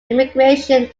immigration